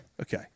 Okay